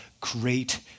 great